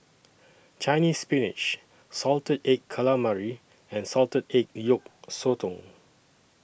Chinese Spinach Salted Egg Calamari and Salted Egg Yolk Sotong